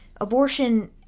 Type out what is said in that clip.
abortion